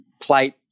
plate